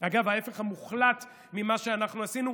אגב, ההפך המוחלט ממה שאנחנו עשינו.